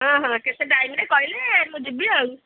ହଁ ହଁ କେତେ ଟାଇମ୍ରେ କହିଲେ ମୁଁ ଯିବି ଆଉ